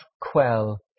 quell